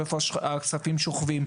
איפה הכספים שוכבים.